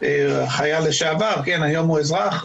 חייל לשעבר, היום הוא אזרח,